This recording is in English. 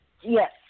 Yes